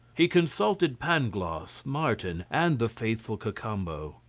he consulted pangloss, martin, and the faithful cacambo.